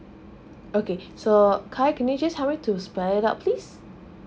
okay so khai can you just help me to spell it out please